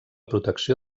protecció